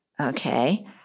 Okay